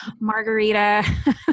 margarita